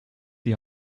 die